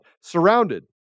surrounded